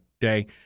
day